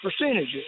percentages